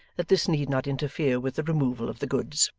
that this need not interfere with the removal of the goods.